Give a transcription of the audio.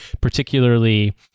particularly